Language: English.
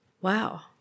Wow